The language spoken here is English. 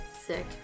Sick